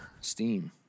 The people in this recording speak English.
Steam